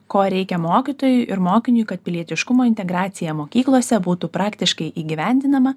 ko reikia mokytojui ir mokiniui kad pilietiškumo integracija mokyklose būtų praktiškai įgyvendinama